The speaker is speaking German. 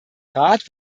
rat